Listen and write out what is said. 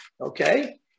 okay